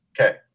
Okay